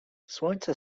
słońce